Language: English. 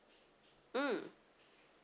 mm